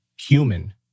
human